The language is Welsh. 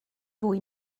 fwy